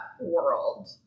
world